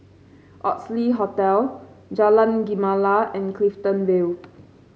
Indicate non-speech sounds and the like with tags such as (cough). Oxley Hotel Jalan Gemala and Clifton Vale (noise)